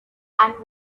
and